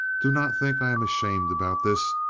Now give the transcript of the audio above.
do not think i am ashamed about this,